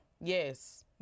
yes